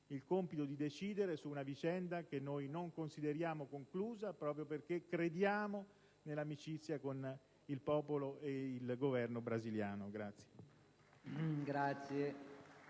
il compito di decidere su una vicenda che noi non consideriamo conclusa, proprio perché crediamo nell'amicizia con il popolo ed il Governo brasiliano.